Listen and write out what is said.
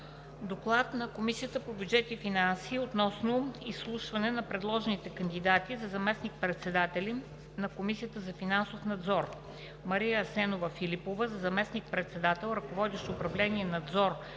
„ДОКЛАД на Комисията по бюджет и финанси относно изслушване на предложените кандидати за заместник-председатели на Комисията за финансов надзор: Мария Асенова Филипова – за заместник-председател, ръководещ управление „Надзор